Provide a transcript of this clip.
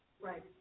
Right